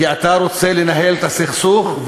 כי אתה רוצה לנהל את הסכסוך,